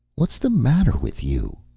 what's the matter with you?